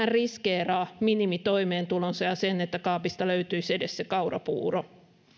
riskeeraa minimitoimeentulonsa ja sen että kaapista löytyisi edes sitä kaurapuuroa